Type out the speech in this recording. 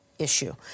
issue